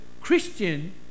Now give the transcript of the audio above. Christian